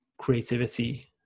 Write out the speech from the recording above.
creativity